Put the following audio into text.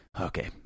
okay